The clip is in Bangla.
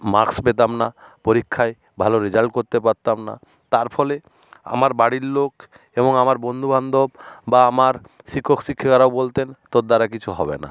মার্কস পেতাম না পরীক্ষায় ভালো রেজাল্ট করতে পারতাম না তার ফলে আমার বাড়ির লোক এবং আমার বন্ধুবান্ধব বা আমার শিক্ষক শিক্ষিকারা বলতেন তোর দ্বারা কিছু হবে না